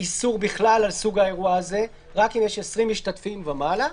איסור בכלל על סוג האירוע הזה ורק אם יש 20 משתתפים ומעלה.